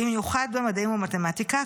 במיוחד במדעים ובמתמטיקה,